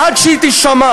עד שהיא תישמע.